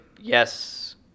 yes